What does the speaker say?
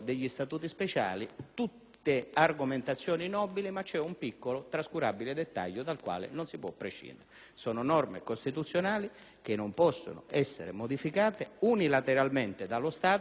Tutte argomentazioni nobili, queste, ma c'è un piccolo, trascurabile dettaglio dal quale non si può prescindere: sono norme costituzionali che non possono essere modificate unilateralmente dallo Stato con legge ordinaria.